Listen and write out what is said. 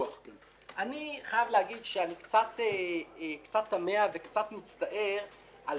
אני חייב להגיד שאני קצת תמה וקצת מצטער על